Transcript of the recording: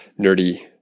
nerdy